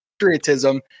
patriotism